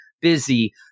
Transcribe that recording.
busy